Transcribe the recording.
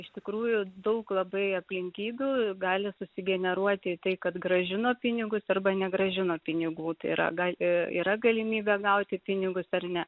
iš tikrųjų daug labai aplinkybių gali susigeneruoti į tai kad grąžino pinigus arba negrąžino pinigų tai yra gal i ir yra galimybė gauti pinigus ar ne